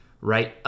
Right